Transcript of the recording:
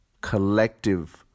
collective